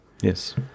Yes